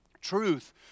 Truth